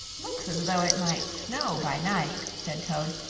looks as though it might snow by night, said toad,